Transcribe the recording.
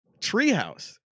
Treehouse